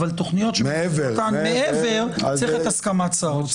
אבל תוכניות שמסגרתן מעבר - צריך את הסכמת שר האוצר.